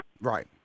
Right